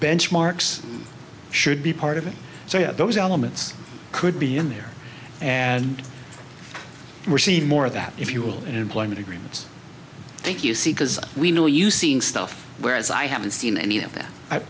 benchmarks should be part of it so those elements could be in there and we're seeing more of that if you will employment agreements thank you see because we know you seeing stuff whereas i haven't seen any of th